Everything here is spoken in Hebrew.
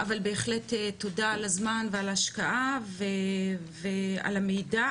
אבל בהחלט תודה על הזמן ועל ההשקעה ועל המידע,